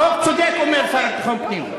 חוק צודק, אומר השר לביטחון פנים.